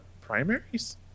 primaries